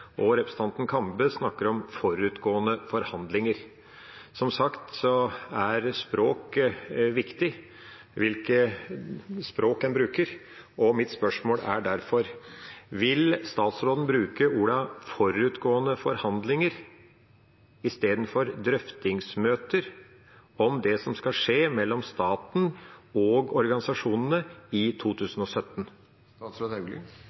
og at representanten Kambe snakker om forutgående forhandlinger. Som sagt: Hvilket språk en bruker, er viktig. Mitt spørsmål er derfor: Vil statsråden bruke ordene «forutgående forhandlinger» istedenfor «drøftingsmøter» om det som skal skje mellom staten og organisasjonene i